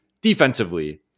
defensively